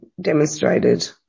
demonstrated